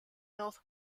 north